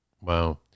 Wow